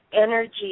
energy